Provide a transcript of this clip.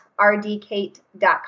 rdkate.com